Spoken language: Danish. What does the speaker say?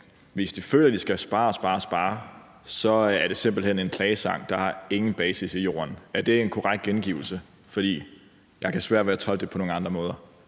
hvis de føler, de skal spare og spare, er det simpelt hen en klagesang, der ingen basis har i jorden. Er det en korrekt gengivelse? Jeg har svært ved at tolke det på andre måder.